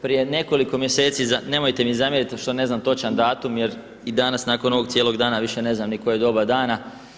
Prije nekoliko mjeseci, nemojte mi zamjeriti što ne znam točan datum, jer i danas nakon ovog cijelog dana više ne znam ni koje je doba dana.